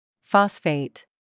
Phosphate